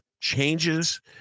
changes